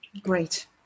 Great